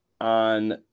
on